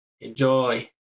enjoy